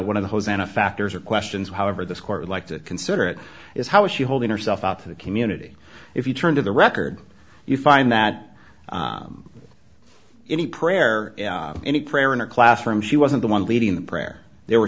one of the hosanna factors or questions however this court would like to consider it is how is she holding herself up for the community if you turn to the record you find that any prayer any prayer in her classroom she wasn't the one leading the prayer there were